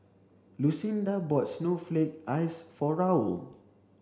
Lucinda bought snowflake ice for Raul